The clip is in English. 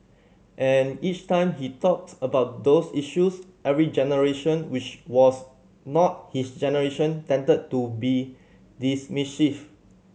and each time he talked about those issues every generation which was not his generation tended to be dismissive